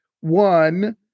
One